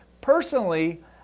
Personally